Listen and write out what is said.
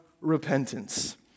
repentance